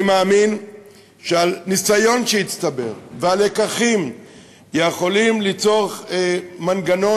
אני מאמין שעל ניסיון שהצטבר ועל לקחים יכולים ליצור מנגנון